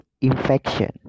infection